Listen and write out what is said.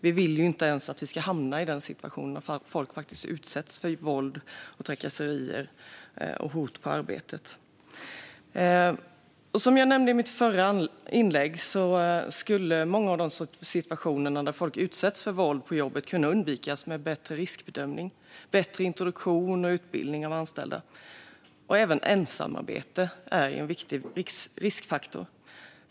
Vi vill inte att vi ska hamna i den situationen där folk faktiskt utsätts för våld, trakasserier och hot på arbetet. Som jag nämnde i mitt förra inlägg skulle många av situationerna där folk utsätts för våld på jobbet kunna undvikas med bättre riskbedömning och bättre introduktion och utbildning för anställda. Även ensamarbete är en riskfaktor.